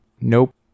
Nope